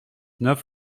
neuf